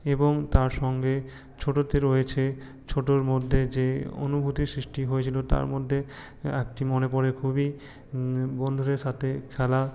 এবং তার সঙ্গে ছোটোতে রয়েছে ছোটোর মধ্যে যে অনুভূতির সৃষ্টি হয়েছিল তার মধ্যে একটি মনে পড়ে খুবই বন্ধুদের সাথে খেলা